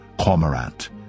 cormorant